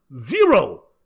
Zero